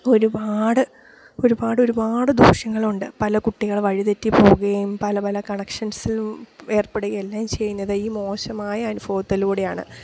ഒരുപാട് ഒരുപാട് ഒരുപാട് ദോഷങ്ങളുണ്ട് പല കുട്ടികള് വഴിതെറ്റിപ്പോവുകയും പല പല കണക്ഷൻസിൽ ഏർപ്പെടുകയും എല്ലാം ചെയ്യുന്നത് ഈ മോശമായ അനുഭവത്തിലൂടെയാണ്